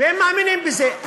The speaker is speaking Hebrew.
והם מאמינים בזה,